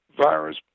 virus